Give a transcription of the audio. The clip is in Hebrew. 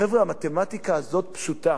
חבר'ה, המתמטיקה הזאת פשוטה.